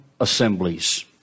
Assemblies